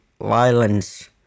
violence